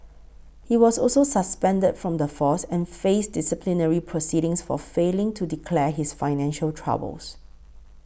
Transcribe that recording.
he was also suspended from the force and faced disciplinary proceedings for failing to declare his financial troubles